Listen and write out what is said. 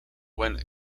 when